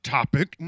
Topic